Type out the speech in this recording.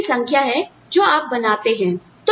तो यह चीजों की संख्या है जो आप बनाते हैं